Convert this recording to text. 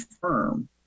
firm